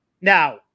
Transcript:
Now